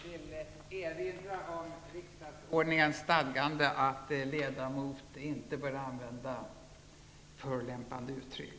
Jag vill erinra om riksdagsordningens stadgande om att ledamot inte bör använda förolämpande uttryck.